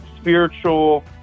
spiritual